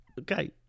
Okay